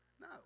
No